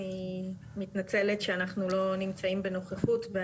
אני מתנצלת שאנחנו לא נמצאים בנוכחות.